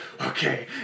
Okay